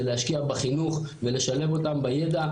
זה להשקיע בחינוך ולשלב אותם בידע,